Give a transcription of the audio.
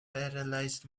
paralysed